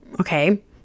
okay